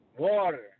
Water